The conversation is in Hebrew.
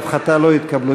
בדבר הפחתת תקציב לא נתקבלו.